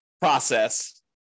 process